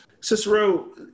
Cicero